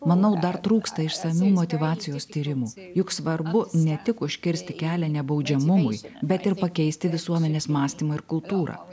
manau dar trūksta išsamių motyvacijos tyrimų juk svarbu ne tik užkirsti kelią nebaudžiamumui bet ir pakeisti visuomenės mąstymą ir kultūrą